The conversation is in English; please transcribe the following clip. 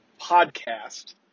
podcast